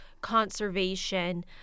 conservation